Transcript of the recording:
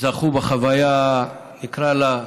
זכו ב"חוויה", נקרא לה,